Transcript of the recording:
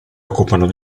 occupano